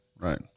right